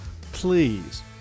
Please